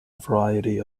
variety